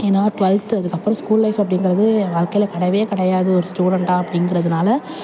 ஏன்னா ட்வெல்த்து அதுக்கு அப்புறம் ஸ்கூல் லைஃப்பு அப்படிங்கறது ஏன் வாழ்க்கையில கிடையவே கிடையாது ஒரு ஸ்டூடெண்ட்டாக அப்படிங்கிறதுனால